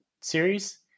series